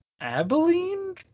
Abilene